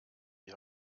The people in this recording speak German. die